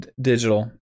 digital